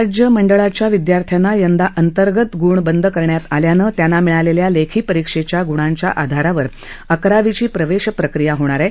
राज्य मंडळाच्या विद्यार्थ्यांना यंदा अंतर्गत गुण बंद करण्यात आल्याने त्यांना मिळालेल्या लेखी परीक्षेच्या ग्णांच्या आधारावर अकरावीची प्रवेश प्रक्रिया होणार आहे